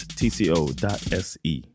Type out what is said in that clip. tco.se